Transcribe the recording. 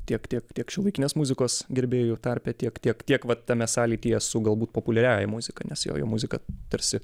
tiek tiek tiek šiuolaikinės muzikos gerbėjų tarpe tiek tiek tiek vat tame sąlytyje su galbūt populiariąja muzika nes jojo muzika tarsi